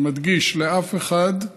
אני מדגיש, לאף אחד,